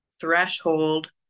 threshold